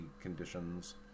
conditions